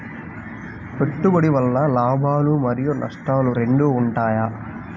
పెట్టుబడి వల్ల లాభాలు మరియు నష్టాలు రెండు ఉంటాయా?